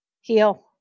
heal